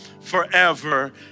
forever